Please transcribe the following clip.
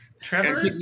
Trevor